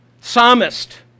Psalmist